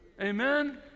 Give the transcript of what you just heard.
Amen